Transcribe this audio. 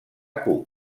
cook